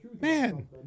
man